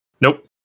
Nope